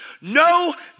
no